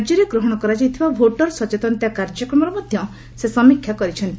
ରାଜ୍ୟରେ ଗ୍ରହଣ କରାଯାଇଥିବା ଭୋଟର ସଚେତନତା କାର୍ଯ୍ୟକ୍ରମର ମଧ୍ୟ ସେ ସମୀକ୍ଷା କରିଛନ୍ତି